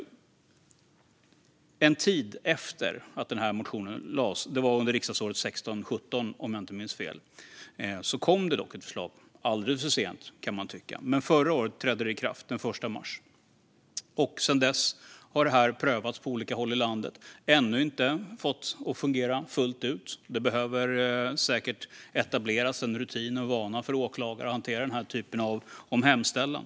En tid efter att den här motionen lades fram - det var under riksdagsåret 2016/17, om jag inte minns fel - kom det ett förslag. Det kom alldeles för sent, kan man tycka, men den 1 mars förra året trädde det i kraft. Sedan dess har det här prövats på olika håll i landet. Det har ännu inte fåtts att fungera fullt ut; det behöver säkert etableras en rutin och en vana hos åklagare att hantera den här typen av hemställan.